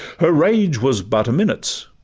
her rage was but a minute's,